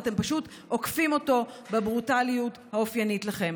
ואתם פשוט עוקפים אותו בברוטליות האופיינית לכם,